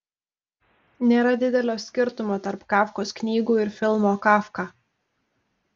nėra didelio skirtumo tarp kafkos knygų ir filmo kafka